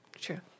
true